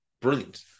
brilliant